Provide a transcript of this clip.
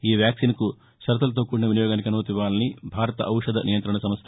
ఈ వ్యాక్సిన్ కు షరతులతో కూడిన వినియోగానికి అనుమతివ్వాలని భారత ఔషధ నియంత్రణ సంస్ట